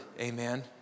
amen